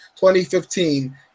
2015